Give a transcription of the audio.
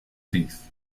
teeth